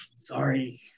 Sorry